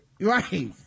Right